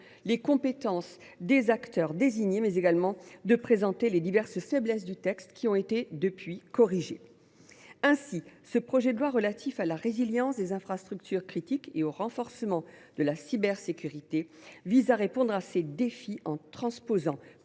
les compétences des acteurs désignés, mais également de souligner ses diverses faiblesses, lesquelles ont depuis été corrigées. Ainsi, le projet de loi relatif à la résilience des infrastructures critiques et au renforcement de la cybersécurité vise à répondre à ces défis en transposant